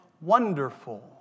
wonderful